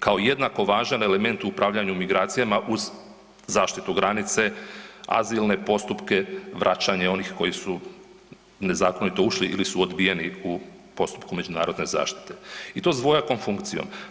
kao jednako važan element u upravljanju migracijama uz zaštitu granice, azilne postupke vraćanja onih koji su nezakonito ušli ili su odbijeni u postupku međunarodne zaštite i to s dvojakom funkcijom.